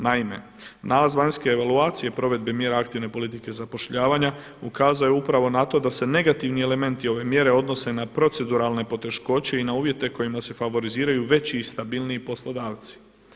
Naime, nalaz vanjske evaluacije provedbe mjera aktivne politike zapošljavanja ukazao je upravo na to da se negativni elementi ove mjere odnose na proceduralne poteškoće i na uvjete kojima se favoriziraju veći i stabilniji poslodavci.